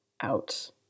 out